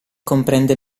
comprende